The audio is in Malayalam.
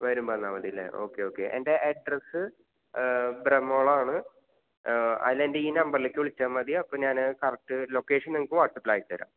വരുമ്പോൾ തന്നാൽ മതിയല്ലേ ഓക്കെ ഓക്കെ എൻ്റെ അഡ്രസ്സ് ബ്രഹ്മകുളമാണ് അല്ല എൻ്റെ ഈ നമ്പറിലേക്ക് വിളിച്ചാൽ മതി അപ്പോൾ ഞാൻ കറക്ട് ലൊക്കേഷൻ നിങ്ങൾക്ക് വാട്സപ്പിൽ അയച്ചുതരാം